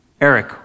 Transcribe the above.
Eric